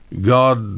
God